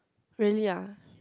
really ah